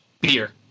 Beer